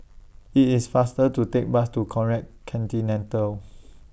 IT IS faster to Take Bus to Conrad Centennial